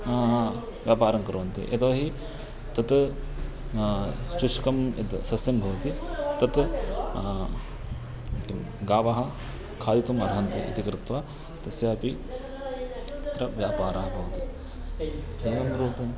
व्यापारं कुर्वन्ति यतोहि तत् शुष्कं यत् सस्यं भवति तत् किं गावः खादितुम् अर्हन्ति इति कृत्वा तस्यापि तत्र व्यापारः भवति एवं रूपं